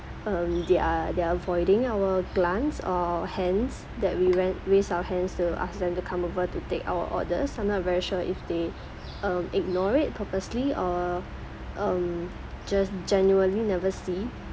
um they're they're avoiding our glance or hands that we went raise our hands to ask them to come over to take our orders I'm not very sure if they uh ignore it purposely or um just genuinely never see